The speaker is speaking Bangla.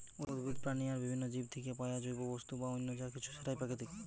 উদ্ভিদ, প্রাণী আর বিভিন্ন জীব থিকে পায়া জৈব বস্তু বা অন্য যা কিছু সেটাই প্রাকৃতিক